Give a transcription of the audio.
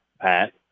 Pat